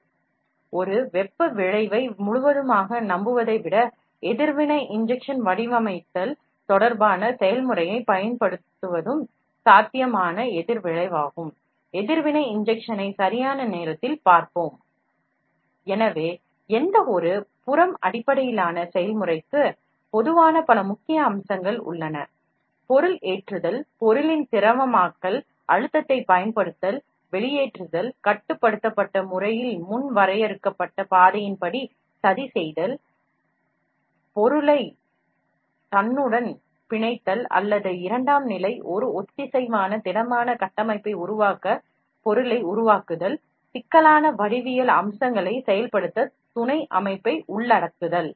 இருப்பினும் தொழில்துறை பயன்பாடுகளும் இருக்கலாம் ஒரு வெப்ப விளைவை முழுமையாக நம்புவதை விட எதிர்வினை இன்ஜெக்ஷன் வடிவமைத்தல் தொடர்பான செயல்முறையைப் பயன்படுத்தலாம் எனவே எந்தவொரு extrusion அடிப்படையிலான செயல்முறைக்கும் பொதுவான பல முக்கிய அம்சங்கள் உள்ளன பொருளை ஏற்றுதல் பொருளை திரவமாக்கல் அழுத்தத்தைப் பயன்படுத்துதல் வெளியேற்றுதல் கட்டுப்படுத்தப்பட்ட முறையில் முன் வரையறுக்கப்பட்ட பாதைக்கு ஏற்ப ப்ளோட்டிங் செய்தல் ஒரு ஒத்திசைவான திட கட்டமைப்பை உருவாக்க வேண்டும்மென்றால் பொருள் தனக்குத்தானே பிணைக்கப்பட வேண்டும் அல்லது இரண்டாம் நிலை உருவாக்க பொருள் தேவை சிக்கலான வடிவியல் அம்சங்களை இயக்க துணை கட்டமைப்பை உள்ளடக்குதல்